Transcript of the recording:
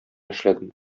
эшләдем